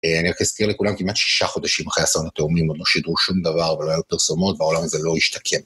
אני רק אזכיר לכולם, כמעט שישה חודשים אחרי אסון התאומים, עוד לא שידרו שום דבר, ולא היו פרסומות, והעולם הזה לא השתקם.